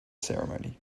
ceremony